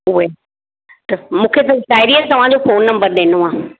उहे त मूंखे त साहेड़ीअ तव्हांजो फ़ोन नंबर ॾिनो आहे